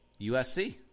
USC